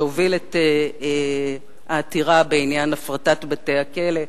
שהוביל את העתירה בעניין הפרטת בתי-הכלא.